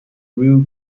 group